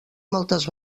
moltes